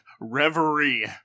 reverie